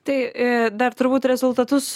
tai a dar turbūt rezultatus